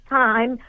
time